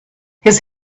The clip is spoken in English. his